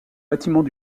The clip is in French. bâtiments